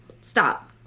Stop